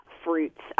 fruits